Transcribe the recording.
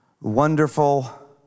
wonderful